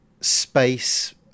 space